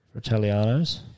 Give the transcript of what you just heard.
Italianos